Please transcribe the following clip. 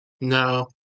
No